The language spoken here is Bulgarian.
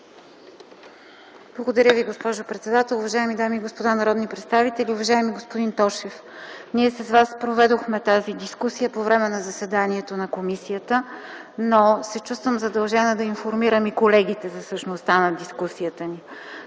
Благодаря Ви, госпожо председател. Уважаеми дами и господа народни представители! Уважаеми господин Тошев, ние с Вас проведохме тази дискусия по време на заседанието на комисията, но се чувствам задължена да информирам и колегите за същността й. Става